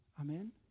Amen